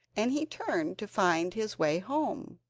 and he turned to find his way home.